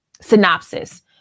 synopsis